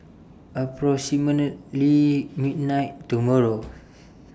approximately midnight tomorrow